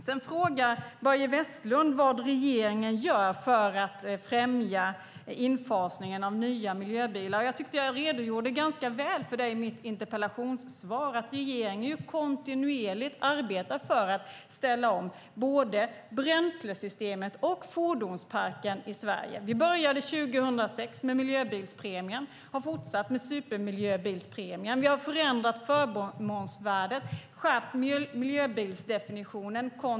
Sedan frågar Börje Vestlund vad regeringen gör för att främja infasningen av nya miljöbilar. Jag tyckte att jag redogjorde ganska väl för det i mitt interpellationssvar, det vill säga att regeringen kontinuerligt arbetar för att ställa om både bränslesystemet och fordonsparken i Sverige. Vi började 2006 med miljöbilspremien och har fortsatt med supermiljöbilspremien. Vi har förändrat förmånsvärdet och kontinuerligt skärpt miljöbilsdefinitionen.